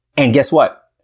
and guess what?